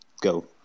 Go